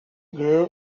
girl